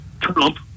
Trump